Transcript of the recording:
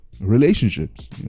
relationships